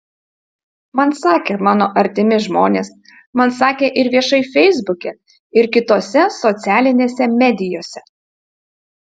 man sakė mano artimi žmonės man sakė ir viešai feisbuke ir kitose socialinėse medijose